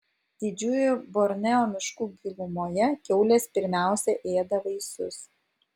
didžiųjų borneo miškų gilumoje kiaulės pirmiausia ėda vaisius